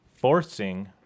forcing